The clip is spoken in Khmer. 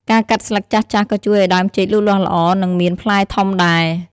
ការកាត់ស្លឹកចាស់ៗក៏ជួយឱ្យដើមចេកលូតលាស់ល្អ និងមានផ្លែធំដែរ។